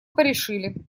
порешили